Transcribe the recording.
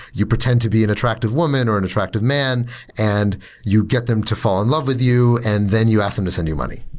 you pretend to be an attractive woman or an attractive men and you get them to fall in love with you and then you ask them to send you money.